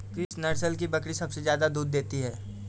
किस नस्ल की बकरी सबसे ज्यादा दूध देती है?